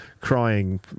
crying